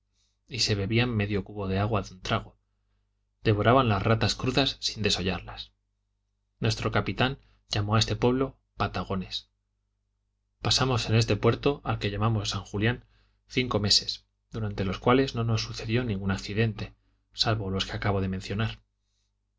y se bebían medio cubo de ag ua de un trago devoraban las ratas crudas sin desollarlas nuestro capitán llamó a este pueblo patagones pasamos en este puerto al que llamamos de san julián cinco meses durante los cuales no nos sucedió ningún accidente salvo los que acabo de mencionar